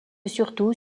surtout